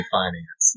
finance